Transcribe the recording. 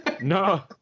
No